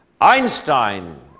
Einstein